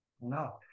no